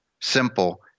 simple